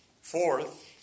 Fourth